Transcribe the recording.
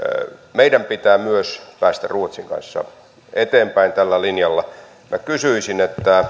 meidän pitää myös päästä ruotsin kanssa eteenpäin tällä linjalla minä kysyisin